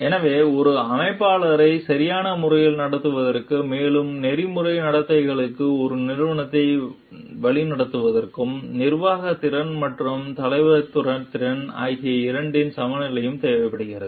எனவே ஒரு அமைப்பாளரை சரியான முறையில் நடத்துவதற்கும் மேலும் நெறிமுறை நடத்தைக்கும் ஒரு நிறுவனத்தை வழிநடத்துவதற்கு நிர்வாகத் திறன் மற்றும் தலைமைத்துவத் திறன் ஆகிய இரண்டின் சமநிலையும் தேவைப்படுகிறது